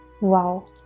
Wow